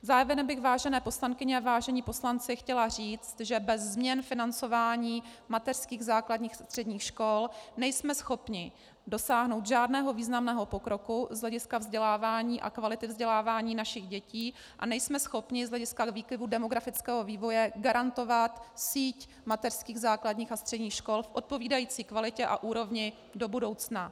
Závěrem bych, vážené poslankyně a vážení poslanci, chtěla říct, že bez změn financování mateřských, základních a středních škol nejsme schopni dosáhnout žádného významného pokroku z hlediska vzdělávání a kvality vzdělávání našich dětí a nejsme schopni z hlediska výkyvů demografického vývoje garantovat síť mateřských, základních a středních škol v odpovídající kvalitě a úrovni do budoucna.